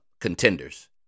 contenders